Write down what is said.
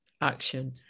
action